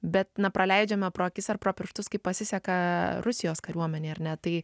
bet na praleidžiame pro akis ar pro pirštus kaip pasiseka rusijos kariuomenei ar ne tai